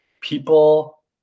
people